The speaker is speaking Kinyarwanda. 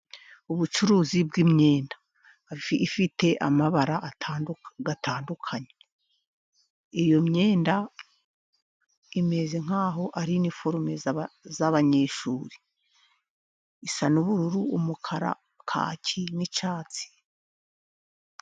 Ubucuruzi bw'imyenda ifite amabara atandukanye, iyo myenda imeze nkaho ari iniforume z'abanyeshuri isa n'ubururu, umukara, kaki n'icyatsi.